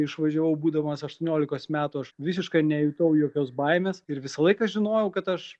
išvažiavau būdamas aštuoniolikos metų aš visiškai nejutau jokios baimės ir visą laiką žinojau kad aš